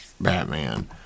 Batman